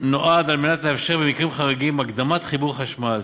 נועד לאפשר במקרים חריגים הקדמת חיבור לחשמל,